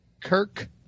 Kirk